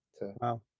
wow